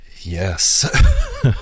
yes